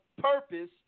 purpose